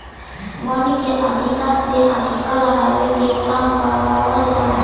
वन के अधिका से अधिका लगावे के काम करवावल जाला